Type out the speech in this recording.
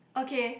okay